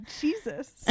jesus